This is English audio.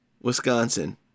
Wisconsin